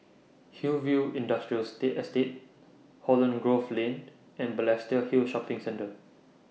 Hillview Industrial State Estate Holland Grove Lane and Balestier Hill Shopping Centre